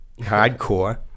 hardcore